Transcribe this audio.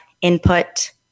input